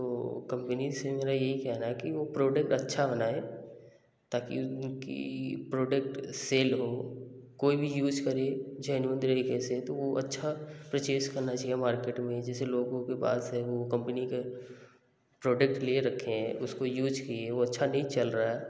तो कंपनी से मेरा ये कहना है कि वो प्रोडक्ट अच्छा बनाए ताकि उनकी प्रोडक्ट सेल हो कोई भी यूज करें जेन्यून तरीके से तो वो अच्छा पर्चेज करना चहिए मार्केट में जैसे लोगों के पास है वो कंपनी के प्रोडक्ट लिए रखे हैं उसको यूज किए वो अच्छा नहीं चल रहा है